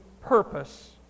purpose